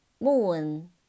Moon